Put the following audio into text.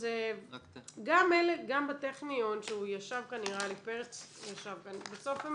גם בטכניון שהוא ישב כאן, בסוף הם